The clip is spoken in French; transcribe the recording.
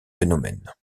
phénomènes